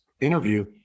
interview